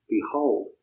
Behold